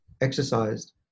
exercised